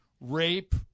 rape